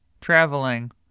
traveling